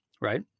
right